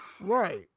right